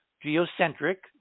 geocentric